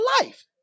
Life